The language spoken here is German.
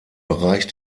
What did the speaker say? bereich